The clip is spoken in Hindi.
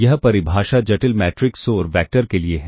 यह परिभाषा जटिल मैट्रिक्स और वैक्टर के लिए है